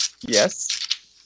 Yes